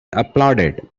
applauded